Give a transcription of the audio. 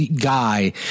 guy